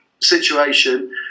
situation